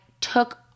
took